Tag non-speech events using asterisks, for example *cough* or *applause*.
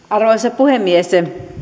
*unintelligible* arvoisa puhemies